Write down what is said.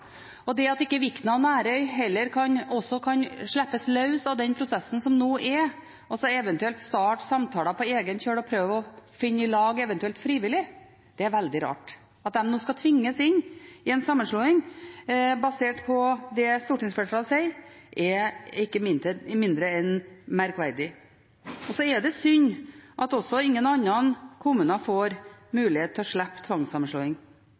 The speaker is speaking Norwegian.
uryddig. Det at ikke Vikna og Nærøy også kan slippes løs fra den prosessen som nå pågår, og så eventuelt starte samtaler på egen kjøl og eventuelt prøve å finne sammen frivillig, er veldig rart. At de nå skal tvinges inn i en sammenslåing basert på det stortingsflertallet sier, er ikke mindre enn merkverdig. Det er også synd at ingen andre kommuner får mulighet til å slippe tvangssammenslåing,